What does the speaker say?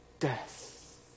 Death